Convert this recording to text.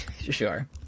Sure